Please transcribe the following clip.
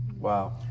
Wow